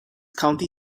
county